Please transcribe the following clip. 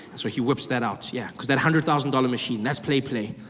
so he whips that out. yeah because that hundred thousand dollar machine, that's play, play.